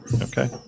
Okay